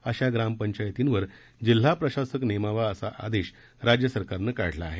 अशा ग्रामपंचायतींवर जिल्हा प्रशासक नेमावा असा आदेश राज्य सरकारनं काढला आहे